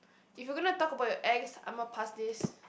if you gonna talk about your ex Imma pass this